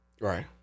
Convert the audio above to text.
right